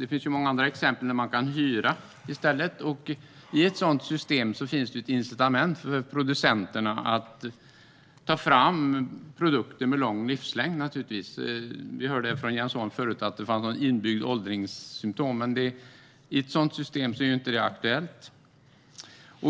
det finns många andra exempel på hur man kan hyra i stället för att äga. I ett sådant system finns ett incitament för producenterna att ta fram produkter med lång livslängd. Vi hörde här från Jens Holm att det finns något inbyggt ålderssymtom, men i ett sådant system är det inte aktuellt.